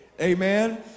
amen